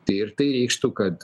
tai ir tai reikštų kad